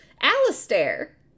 Alistair